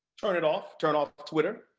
turn it off. turn off twitter.